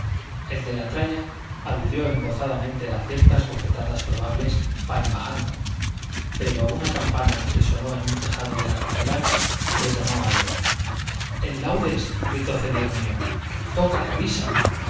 el de la tralla aludió embozadamente a ciertas bofetadas probables pa en bajando pero una campana que sonó en un tejado de la catedral les llamó al orden el laudes gritó celedonio toca que